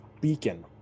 beacon